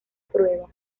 prueba